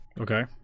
okay